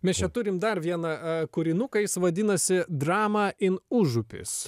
mes čia turim dar vieną a kūrinuką jis vadinasi drama in užupis